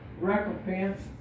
recompense